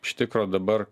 iš tikro dabar